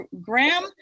graham